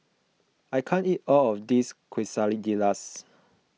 I can't eat all of this Quesadillas